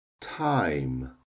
time